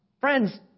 Friends